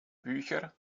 bücher